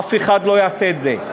אף אחד לא יעשה את זה.